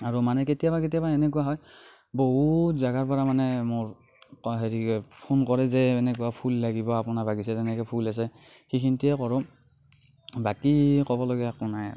আৰু মানে কেতিয়াবা কেতিয়াবা এনেকুৱা হয় বহুত জেগাৰ পৰা মানে মোৰ হেৰি কৰে ফোন কৰে যে এনেকুৱা ফুল লাগিব আপোনাৰ বাগিচাত এনেকে ফুল আছে সেইখিনিতে কৰোঁ বাকী ক'বলগীয়া একো নাই আৰু